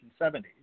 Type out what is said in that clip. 1970s